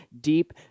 deep